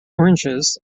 oranges